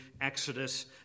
Exodus